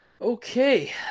Okay